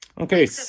Okay